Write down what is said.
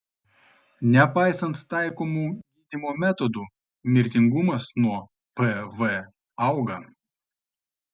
nepaisant taikomų gydymo metodų mirtingumas nuo pv auga